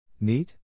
Neat